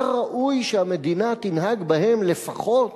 היה ראוי שהמדינה תנהג בהם לפחות